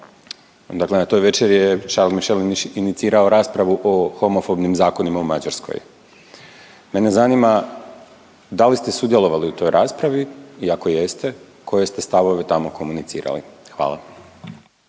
dakle na toj večeri je Charles Michel inicirao raspravu o homofobnim zakonima u Mađarskoj. Mene zanima da li ste sudjelovali u toj raspravi i ako jeste koje ste stavove tamo komunicirali? Hvala.